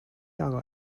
jahre